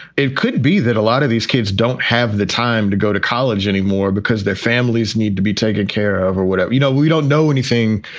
it could be that a lot of these kids don't have the time to go to college anymore because their families need to be taken care of or whatever. you know, we don't know anything.